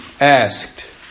asked